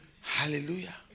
Hallelujah